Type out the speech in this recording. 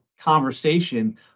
conversation